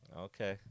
Okay